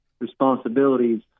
responsibilities